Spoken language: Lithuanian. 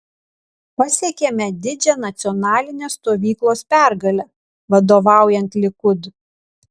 pasiekėme didžią nacionalinės stovyklos pergalę vadovaujant likud